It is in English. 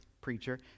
preacher